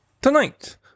Tonight